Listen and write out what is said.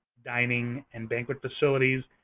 dining and banquet facilities,